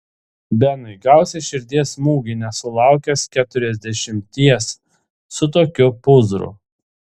benai gausi širdies smūgį nesulaukęs keturiasdešimties su tokiu pūzru